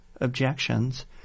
objections